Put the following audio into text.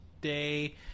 day